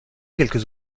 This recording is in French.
quelques